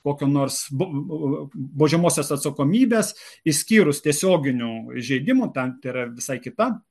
kokio nors bau baudžiamosios atsakomybės išskyrus tiesioginių įžeidimų ten tai yra visai kita